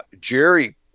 jerry